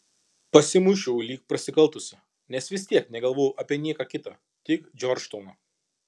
pasimuisčiau lyg prasikaltusi nes vis tiek negalvojau apie nieką kitą tik džordžtauną